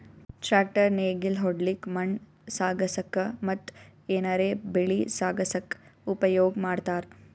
tractor ನೇಗಿಲ್ ಹೊಡ್ಲಿಕ್ಕ್ ಮಣ್ಣ್ ಸಾಗಸಕ್ಕ ಮತ್ತ್ ಏನರೆ ಬೆಳಿ ಸಾಗಸಕ್ಕ್ ಉಪಯೋಗ್ ಮಾಡ್ತಾರ್